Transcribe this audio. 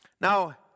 Now